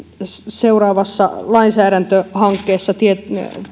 seuraavassa lainsäädäntöhankkeessa